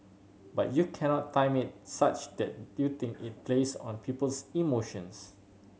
but you cannot time it such that you think it plays on people's emotions